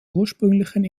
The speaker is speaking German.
ursprünglichen